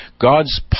God's